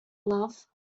love